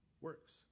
works